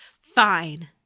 Fine